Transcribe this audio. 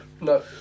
No